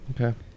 Okay